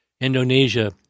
Indonesia